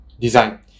design